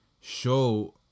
show